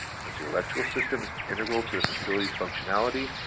since the electrical system is integral to the facility's functionality,